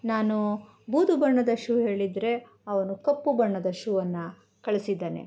ನಾನು ಬೂದು ಬಣ್ಣದ ಶೂ ಹೇಳಿದ್ದರೆ ಅವನು ಕಪ್ಪು ಬಣ್ಣದ ಶೂವನ್ನು ಕಳಿಸಿದ್ದಾನೆ